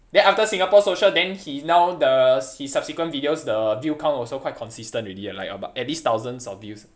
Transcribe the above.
then after singapore social then he now the his subsequent videos the view count also quite consistent already ah like about at least thousands of view